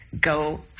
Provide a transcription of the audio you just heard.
go